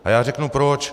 A já řeknu proč.